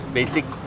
basic